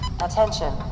Attention